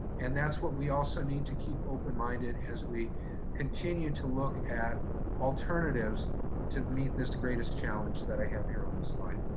and that's what we also need to keep open-minded as we continue to look at alternatives to meet this greatest challenge that i have here on the slide.